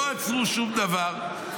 לא עצרו שום דבר,